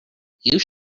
you